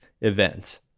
event